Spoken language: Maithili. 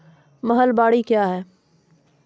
महलबाडी क्या हैं?